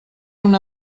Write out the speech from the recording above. una